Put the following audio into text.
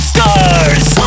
Stars